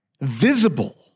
visible